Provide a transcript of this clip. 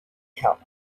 help